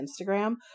Instagram